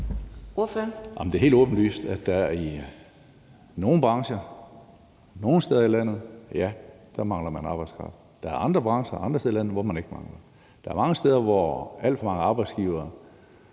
Det er helt åbenlyst, at i nogle brancher nogle steder i landet mangler man arbejdskraft. Der er andre brancher andre steder i landet, hvor man ikke mangler det. Der er mange steder, hvor alt for mange arbejdsgivere